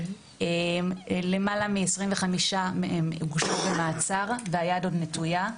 למעלה מ-25 הוגשו במעצר והיד עוד נטויה,